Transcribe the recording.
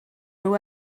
nhw